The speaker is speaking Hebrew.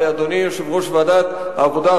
ואדוני יושב-ראש ועדת העבודה,